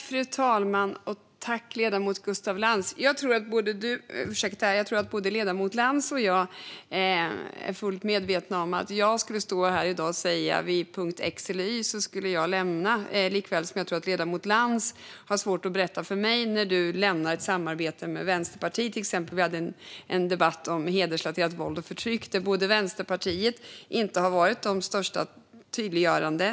Fru talman! Tack för frågan, ledamoten Gustaf Lantz! Jag tror att både ledamoten Lantz och jag är fullt medvetna om att jag inte kan stå här i dag och säga att jag skulle lämna vid punkt x eller y. På samma sätt tror jag att ledamoten Lantz har svårt att berätta för mig när han skulle lämna ett samarbete med Vänsterpartiet. Vi hade till exempel en debatt om hedersrelaterat våld och förtryck där Vänsterpartiet inte har varit de tydligaste.